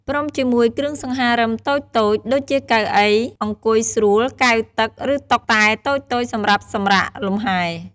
ព្រមជាមួយគ្រឿងសង្ហារឹមតូចៗ ដូចជាកៅអីអង្គុយស្រួល កែវទឹក ឬតុតែតូចៗសម្រាប់សម្រាកលំហែ។